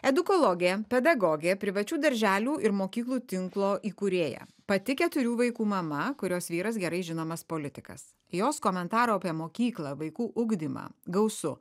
edukologė pedagogė privačių darželių ir mokyklų tinklo įkūrėja pati keturių vaikų mama kurios vyras gerai žinomas politikas jos komentarų apie mokyklą vaikų ugdymą gausu